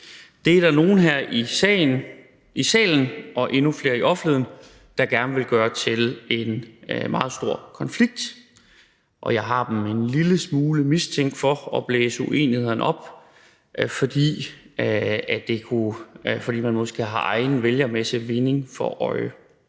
Det er der nogle her i salen og endnu flere i offentligheden, der gerne vil gøre til en meget stor konflikt, og jeg har dem en lille smule mistænkt for at blæse uenighederne op, fordi man måske har egen vælgermæssig vinding for øje.